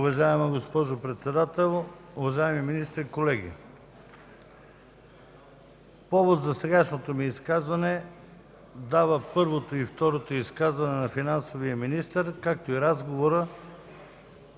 Уважаема госпожо Председател, уважаеми министри, колеги! Повод за сегашното ми изказване дават първото и второто изказване на финансовия министър, както и разговорът,